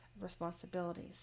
responsibilities